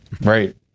Right